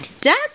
Duck